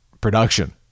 production